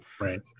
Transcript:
Right